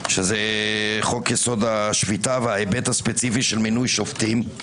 שזה חוק יסוד השפיטה וההיבט הספציפי של מינוי שופטים,